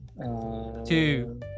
two